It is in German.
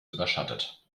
überschattet